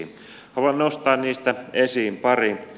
haluan nostaa niistä esiin pari